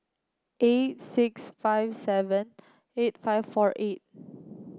eight six five seven eight five four eight